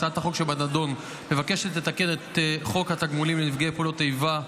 הצעת החוק שבנדון מבקשת לתקן את חוק התגמולים לנפגעי פעולות איבה,